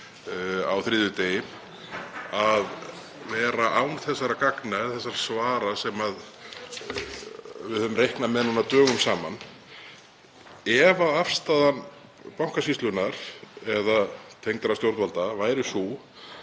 á þriðjudegi, að vera án þessara gagna eða þessara svara sem við höfum reiknað með núna dögum saman. Ef afstaða Bankasýslunnar eða tengdra stjórnvalda væri sú